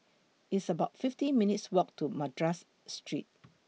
It's about fifty minutes' Walk to Madras Street